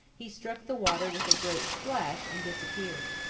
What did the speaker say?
he struck the water with a great splash and disappeared.